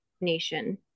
nation